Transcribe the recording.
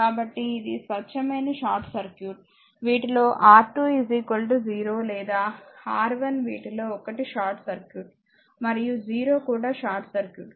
కాబట్టి ఇది స్వచ్ఛమైన షార్ట్ సర్క్యూట్ వీటిలో R2 0 లేదా R1 వీటిలో ఒకటి షార్ట్ సర్క్యూట్ మరియు 0 కూడా షార్ట్ సర్క్యూట్